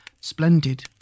splendid